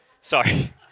Sorry